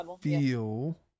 feel